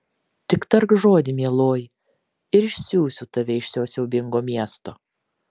tik tark žodį mieloji ir išsiųsiu tave iš šio siaubingo miesto